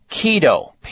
keto